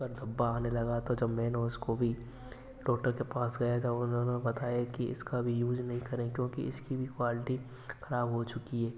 पर धब्बा आने लगा तो जब मैंने उसको भी डॉक्टर के पास गया तब उन्होंने बताया कि इसका भी यूज नहीं करें क्योंकि इसकी भी क्वालिटी खराब हो चुकी है